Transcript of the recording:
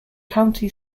county